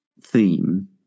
theme